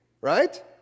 Right